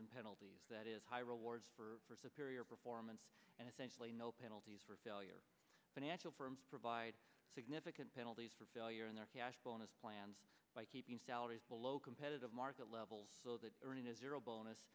and penalties that is high rewards for superior performance and essentially no penalties for failure financial firms provide significant penalties for failure in their cash bonus plans by keeping salaries below competitive market levels so that earning a zero bonus